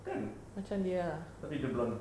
kan tapi dia blonde